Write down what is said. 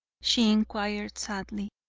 she inquired sadly.